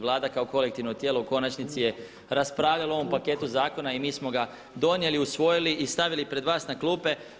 Vlada kao kolektivno tijelo u konačnici je raspravljala o ovom paketu zakona i mi smo ga donijeli, usvojili i stavili pred vas na klupe.